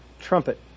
trumpet